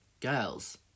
girls